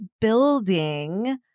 building